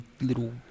little